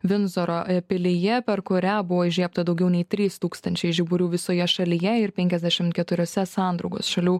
vindzoro pilyje per kurią buvo įžiebta daugiau nei trys tūkstančiai žiburių visoje šalyje ir penkiasdešimt keturiose sandraugos šalių